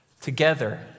Together